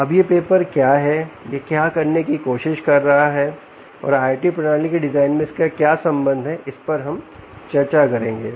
अब यह पेपर क्या है यह क्या करने की कोशिश कर रहा है और IOT प्रणाली के डिजाइन से इसका क्या संबंध है इस पर हम चर्चा करेंगे